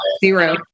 Zero